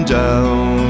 down